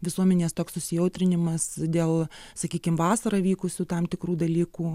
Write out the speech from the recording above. visuomenės toks susijautrinimas dėl sakykim vasarą įvykusių tam tikrų dalykų